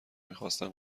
میخاستن